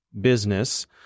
business